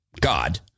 God